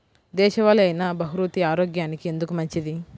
దేశవాలి అయినా బహ్రూతి ఆరోగ్యానికి ఎందుకు మంచిది?